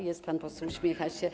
Jest pan poseł, uśmiecha się.